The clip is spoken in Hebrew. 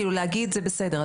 כי להגיד זה בסדר,